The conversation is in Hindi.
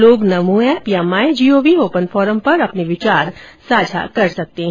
लोग नमो एप या माई जीओवी ओपन फोरम पर अपने विचार साझा कर सकते हैं